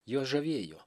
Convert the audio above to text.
juos žavėjo